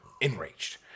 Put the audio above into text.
enraged